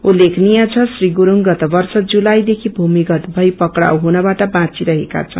उल्लेखनिय छ श्री गुरूङ गत वर्ष जुलाईदेखि भूमिगत भई पक्राउ हुनबाट बाँची रहेका छन्